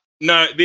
No